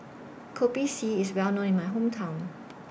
Kopi C IS Well known in My Hometown